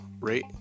rate